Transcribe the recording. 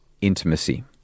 Intimacy